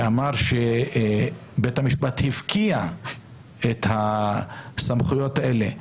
אומר שבית המשפט הפקיע את הסמכויות האלה.